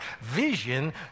Vision